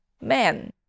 man